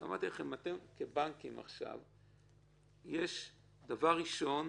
אמרתי לכם שאתם כבנקים, דבר ראשון,